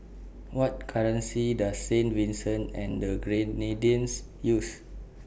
What currency Does Saint Vincent and The Grenadines use